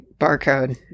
barcode